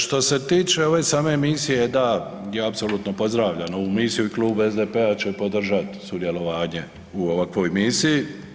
Što se tiče ove same Misije, da, ja apsolutno pozdravljam ovu Misiju i Klub SDP-a će podržat' sudjelovanje u ovakvoj Misiji.